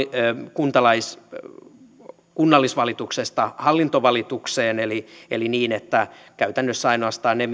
kunnallisvalituksesta hallintovalitukseen eli eli niin että käytännössä ainoastaan ne